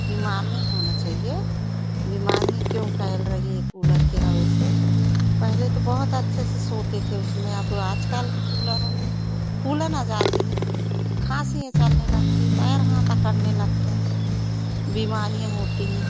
बीमार नहीं होना चाहिए बीमारियाँ कक्यों फैल रही है कूलर के हवा से पहले तो बहुत अच्छे से सोते थे उसमें अब आज कल के कूलरों में फूलन आ जाती है खाँसियाँ चलने लगती पैर हाथ अकड़ने लगती हैं बीमारियाँ होती हैं